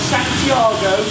Santiago